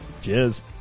Cheers